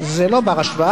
זה לא בר-השוואה,